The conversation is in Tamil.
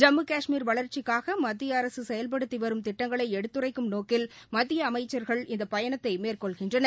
ஜம்மு கஷ்மீர் வளர்ச்சிக்காக மத்திய அரசு செயல்படுத்தி வரும் திட்டங்களை எடுத்துரைக்கும் நோக்கில் மத்திய அமைச்சர்கள் இந்த பயணத்தை மேள்கொள்கின்றனர்